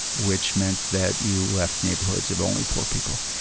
which meant that you left neighborhoods of only poor people.